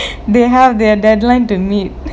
they have their deadline to meet